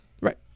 Right